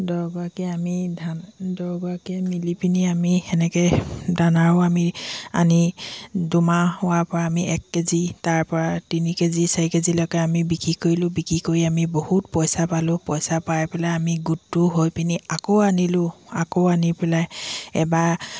দহগৰাকীয়ে আমি ধান দহগৰাকীয়ে মিলি পিনি আমি তেনেকৈ দানাও আমি আনি দুমাহ হোৱাৰ পৰা আমি এক কেজি তাৰপৰা তিনি কেজি চাৰি কেজিলৈকে আমি বিক্ৰী কৰিলোঁ বিকি কৰি আমি বহুত পইচা পালোঁ পইচা পাই পেলাই আমি গোটটো হৈ পিনি আকৌ আনিলোঁ আকৌ আনি পেলাই এবাৰ